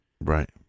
Right